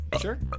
Sure